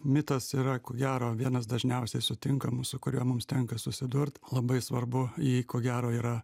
mitas yra ko gero vienas dažniausiai sutinkamų su kuriuo mums tenka susidurt labai svarbu jį ko gero yra